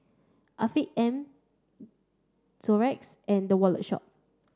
Afiq M and The Wallet Shop